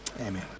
Amen